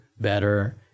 better